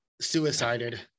suicided